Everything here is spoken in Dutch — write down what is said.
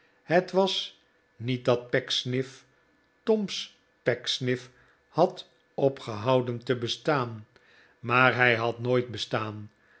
het was niet dat pecksniff tom's pecksniff had opgehouden te bestaan maar hij had nooit bestaan